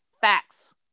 facts